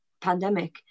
pandemic